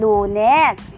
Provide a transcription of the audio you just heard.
Lunes